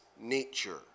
nature